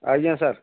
ଆଜ୍ଞା ସାର୍